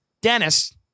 Dennis